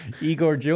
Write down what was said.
Igor